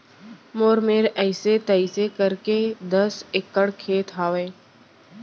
मोर मेर अइसे तइसे करके दस एकड़ खेत हवय